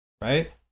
right